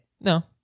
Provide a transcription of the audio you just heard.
No